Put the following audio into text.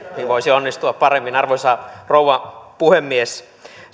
voisi onnistua paremmin arvoisa rouva puhemies sähkö